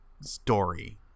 story